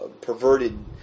perverted